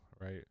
right